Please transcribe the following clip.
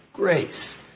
grace